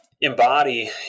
embody